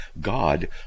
God